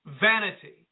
Vanity